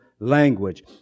language